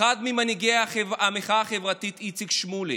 אחד ממנהיגי המחאה החברתית, איציק שמולי,